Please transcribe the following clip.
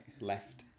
left